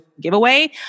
giveaway